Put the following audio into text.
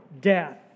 death